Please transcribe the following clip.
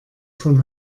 von